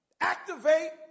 Activate